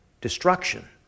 destruction